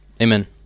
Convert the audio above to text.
Amen